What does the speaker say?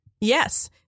Yes